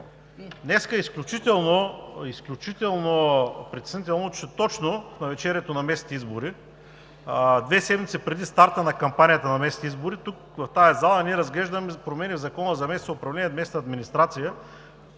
Днес е изключително притеснително, че точно в навечерието на местните избори, две седмици преди старта на кампанията на местните избори, тук, в тази зала, ние разглеждаме проблеми в Закона за местното управление и местната администрация,